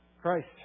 Christ